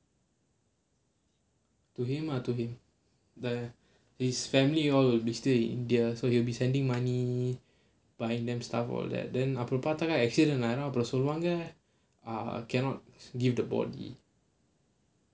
to him lah to him the his family all will be still in india so he will be sending money buying them stuff all that then அப்புறம் பார்த்தா:appuram paarthaa accident ஆனா அப்புறம் சொல்வாங்க:aanaa appuram solvaanga ah cannot give the body